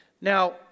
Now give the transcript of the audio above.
Now